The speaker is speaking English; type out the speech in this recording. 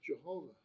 Jehovah